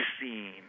seen